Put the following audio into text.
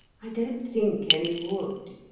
i don't think any would.